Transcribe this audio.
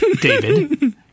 David